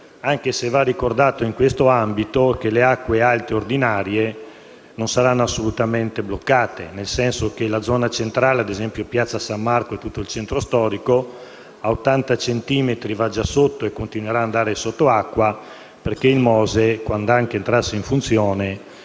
anche se va ricordato in questo ambito che le acque alte ordinarie non saranno assolutamente bloccate, nel senso che la zona centrale, ad esempio Piazza San Marco e tutto il vicino centro storico, a 80 centimetri va già sotto e continuerà ad andare sotto l'acqua, perché il MOSE, quand'anche entrasse in funzione,